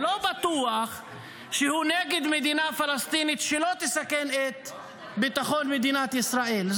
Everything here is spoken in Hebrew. לא בטוח שהוא נגד מדינה פלסטינית שלא תסכן את ביטחון מדינת ישראל,